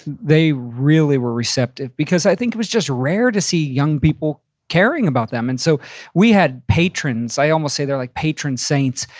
they really were receptive because i think it was rare to see young people caring about them. and so we had patrons. i almost say they're like patron saints.